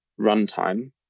runtime